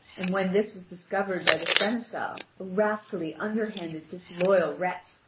and when this was discovered by the seneschal a rascally, underhanded, disloyal wretch,